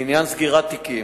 לעניין סגירת תיקים,